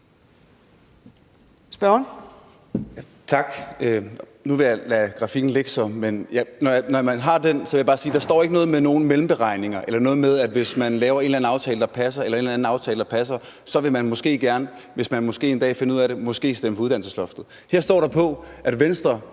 når man har den, vil jeg bare sige, at der ikke står noget med nogen mellemregninger eller noget med, at hvis man laver en eller anden aftale, der passer, vil man måske gerne, hvis man måske en dag finder ud af det, måske stemme for uddannelsesloftet. Herpå står der, at Venstre